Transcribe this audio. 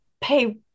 pay